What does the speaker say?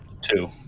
Two